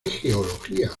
geología